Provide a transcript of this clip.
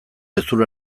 hezur